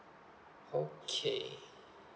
okay